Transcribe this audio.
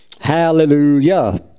hallelujah